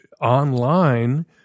online